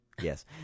Yes